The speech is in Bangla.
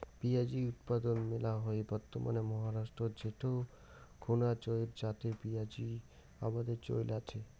পিঁয়াজী উৎপাদন মেলা হয় বর্তমানে মহারাষ্ট্রত যেটো খুনা চাইর জাতের পিয়াঁজী আবাদের চইল আচে